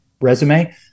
resume